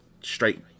straight